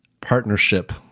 partnership